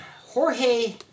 Jorge